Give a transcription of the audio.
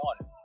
on